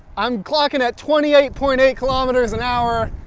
i'm clocking at twenty eight point eight kilometers an hour.